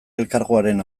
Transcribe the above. elkargoaren